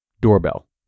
Doorbell